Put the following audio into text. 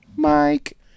Mike